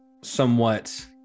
somewhat